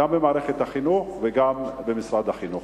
גם במערכת החינוך וגם במשרד החינוך.